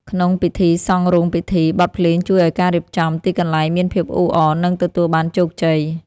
ក្នុងពិធីសង់រោងពិធី បទភ្លេងជួយឱ្យការរៀបចំទីកន្លែងមានភាពអ៊ូអរ និងទទួលបានជោគជ័យ។